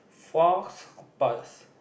faux pass